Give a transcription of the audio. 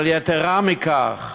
אבל יתרה מכך,